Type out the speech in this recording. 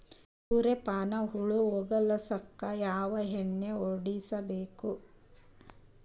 ಸುರ್ಯಪಾನ ಹುಳ ಹೊಗಸಕ ಯಾವ ಎಣ್ಣೆ ಹೊಡಿಬೇಕು?